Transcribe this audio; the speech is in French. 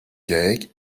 gaec